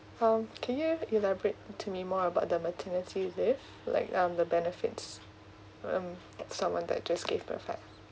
um can you elaborate to me more about the maternity leave like um the benefits um someone that just give birth like